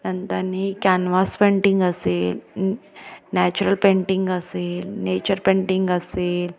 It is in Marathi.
नंतरनी कॅनव्हास पेंटिंग असेल नॅचरल पेंटिंग असेल नेचर पेंटिंग असेल